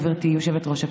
גברתי היושבת-ראש.